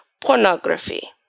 pornography